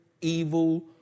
evil